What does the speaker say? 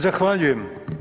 Zahvaljujem.